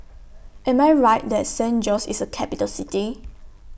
Am I Right that San Jose IS A Capital City